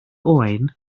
oen